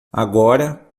agora